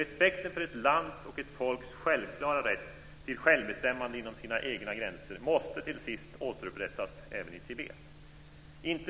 Respekten för ett lands och ett folks självklara rätt till självbestämmande inom sina egna gränser måste till sist återupprättas även i Tibet.